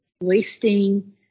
wasting